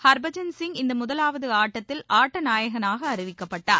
ஹர்பஜன் சிங் இந்தமுதலாவதுஆட்டத்தில் ஆட்டநாயகனாகஅறிவிக்கப்பட்டார்